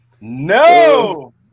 No